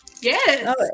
Yes